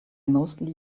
mostly